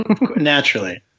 Naturally